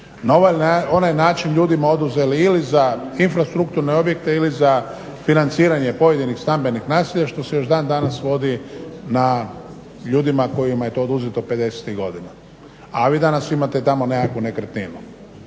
na onaj način ljudima oduzeli ili za infrastrukturne objekte ili za financiranje pojedinih stambenih naselja što se još dan danas vodi na ljudima kojima je to oduzeto '50.-tih godina, a vi danas imate tamo nekakvu nekretninu.